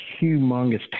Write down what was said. humongous